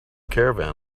caravan